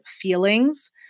feelings